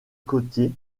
côtier